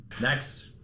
Next